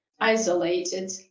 isolated